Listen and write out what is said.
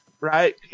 right